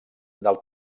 del